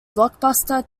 blockbuster